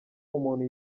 umuntu